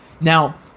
Now